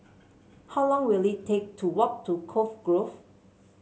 how long will it take to walk to Cove Grove